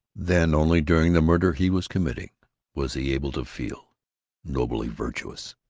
then only during the murder he was committing was he able to feel nobly virtuous.